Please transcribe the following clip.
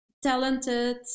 talented